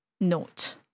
note